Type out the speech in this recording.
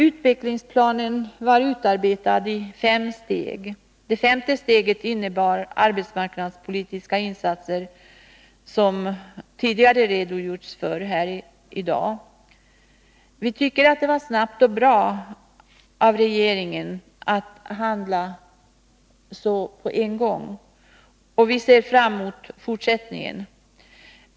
Utvecklingsplanen har utarbetats i fem steg. Det femte steget Nr 61 innebär arbetsmarknadspolitiska insatser, som det tidigare i dag har Måndagen den redogjorts för. Vi tycker att det var bra att regeringen handlade så snabbt, 17 januari 1983 och vi ser fram emot fortsättningen.